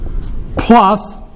plus